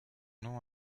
nom